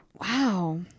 wow